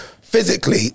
Physically